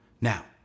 Now